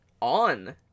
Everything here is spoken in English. on